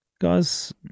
guys